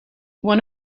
one